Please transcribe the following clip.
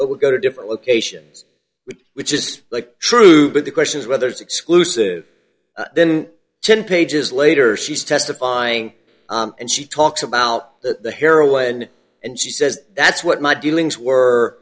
would go to different locations with which is like true but the question is whether it's exclusive then ten pages later she's testifying and she talks about the heroine and she says that's what my dealings were